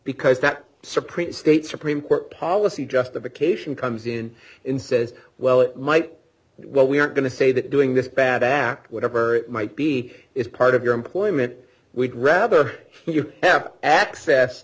because that supreme state supreme court policy justification comes in and says well it might what we are going to say that doing this bad act whatever it might be is part of your employment we'd rather you have access